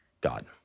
God